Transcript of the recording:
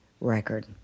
record